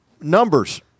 Numbers